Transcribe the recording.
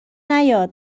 نیاد